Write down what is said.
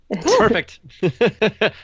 Perfect